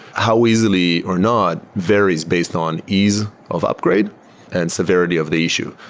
how easily or not varies based on ease of upgrade and severity of the issue.